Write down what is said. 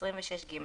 26(ג),